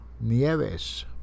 Nieves